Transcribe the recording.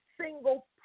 single